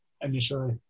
initially